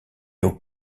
aux